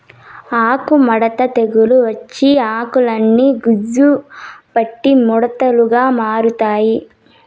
ఆకు ముడత తెగులు వచ్చి ఆకులన్ని బూజు పట్టి ముడతలుగా మారతాయి